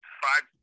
five